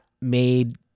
made